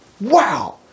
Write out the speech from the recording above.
Wow